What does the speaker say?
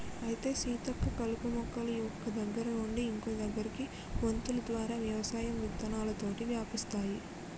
అయితే సీతక్క కలుపు మొక్కలు ఒక్క దగ్గర నుండి ఇంకో దగ్గరకి వొంతులు ద్వారా వ్యవసాయం విత్తనాలతోటి వ్యాపిస్తాయి